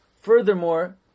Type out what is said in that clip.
furthermore